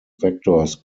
vectors